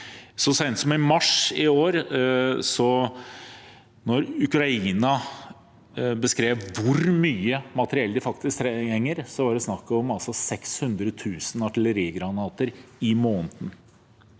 Så sent som i mars i år, da Ukraina beskrev hvor mye materiell de faktisk trenger, var det snakk om 600 000 artillerigranater i måneden,